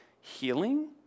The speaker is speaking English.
healing